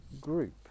group